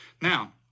Now